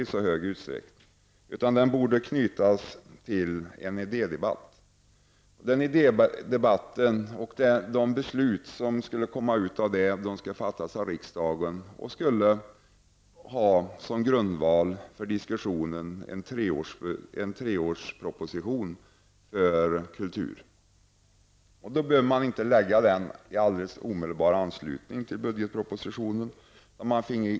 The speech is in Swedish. I stället borde vi ha en idédebatt, och de beslut som föranleddes av denna skulle fattas av riksdagen. Till grund för diskussionen skulle ligga förslag till en treårsbudget för kulturen. Den idédebatten bör inte läggas i omedelbar anslutning till behandlingen av budgetpropositionen.